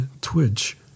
twitch